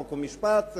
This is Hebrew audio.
חוק ומשפט,